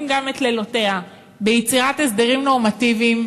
גם את לילותיה ביצירת הסדרים נורמטיביים,